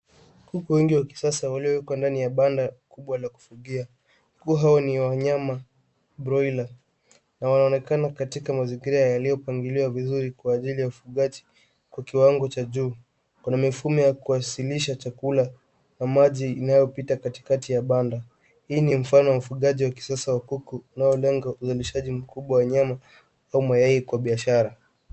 Kuku wengi wa kisasa waliowekwa ndani ya banda kubwa la kufugia. Kuku hao ni wa nyama, broiler, na wanaonekana katika mazingira yaliyopangiliwa vizuri kwa ajili ya ufugaji kwa kiwango cha juu. Kuna mifumo ya kuwasilisha chakula, na maji inayopita katikati ya banda. Hii ni mfano wa ufugaji wa kisasa wa kuku, unao lengo uzalishaji mkubwa wa nyama, au mayai kwa biashara.